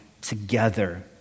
together